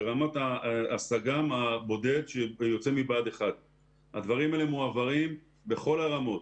לרמת הסג"מ הבודד שיוצא מבה"ד 1. הדברים האלה מועברים בכל הרמות,